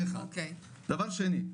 דבר שני.